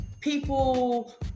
people